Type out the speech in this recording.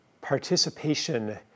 participation